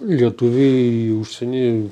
lietuviai į užsienį